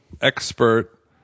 expert